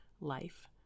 life